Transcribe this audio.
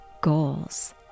goals